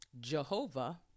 Jehovah